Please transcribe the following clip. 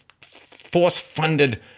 force-funded